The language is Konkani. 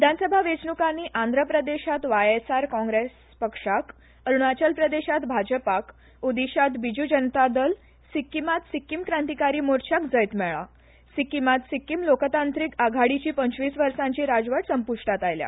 विधानसभा वेचणूकानी आंध्रप्रदेशात वायएसआर काँग्रेस पक्षाक अरूणाचल प्रदेशात भाजपाक ओडिशात बिज़् जनता दल सिक्कीमात सिक्किम क्रांतीकारी मोर्चाक जैत मेळ्ळा सिक्कीमात सिक्कीम लोकतांत्रिक आघाडीची पंचवीस वर्सांची राजवट संप्रष्टात आयल्या